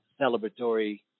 celebratory